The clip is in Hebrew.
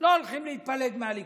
לא הולכים להתפלג מהליכוד.